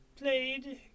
played